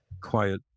quiet